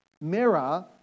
mirror